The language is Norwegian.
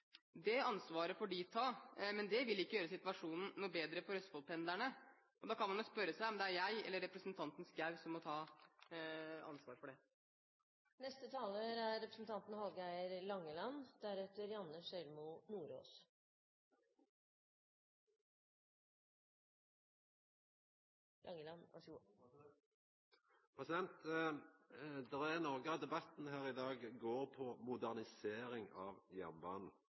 Det ansvaret får de ta, men det vil ikke gjøre situasjonen noe bedre for Østfold-pendlerne. Da kan en spørre seg om det er jeg eller representanten Schou som må ta ansvar for det. Det er noko av debatten her i dag som går på modernisering av jernbanen